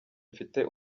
mfite